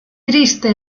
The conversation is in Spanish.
triste